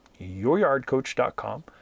youryardcoach.com